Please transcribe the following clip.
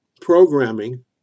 programming